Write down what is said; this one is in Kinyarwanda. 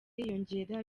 yiyongera